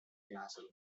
classroom